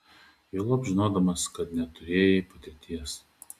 juolab žinodamas kad neturėjai patirties